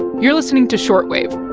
you're listening to short wave.